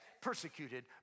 persecuted